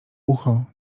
ucho